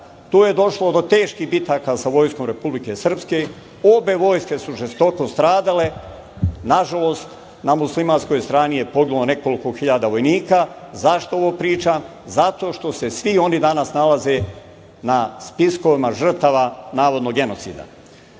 tu je došlo do teških bitaka sa vojskom Republike Srpske, obe vojske su žestoko stradale, i na žalost na muslimanskoj strani je poginulo nekoliko hiljada vojnika.Zašto ovo pričam? Zato što se svi oni danas nalaze na spiskovima žrtava navodnog genocida.